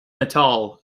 natal